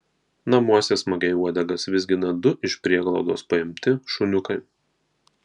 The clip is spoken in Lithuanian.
namuose smagiai uodegas vizgina du iš prieglaudos paimti šuniukai